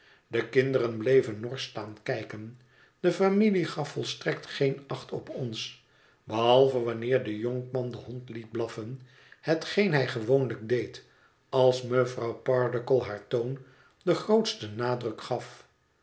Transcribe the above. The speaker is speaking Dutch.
de kinderen bleven norsch staan kijken de familie gaf volstrekt geen acht op ons behalve wanneer de jonkman den hond liet blaffen hetgeen hij gewoonlijk deed als mevrouw pardiggle haar toon den grootsten nadruk gaf